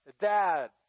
dad